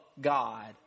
God